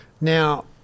Now